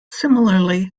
similarly